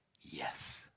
yes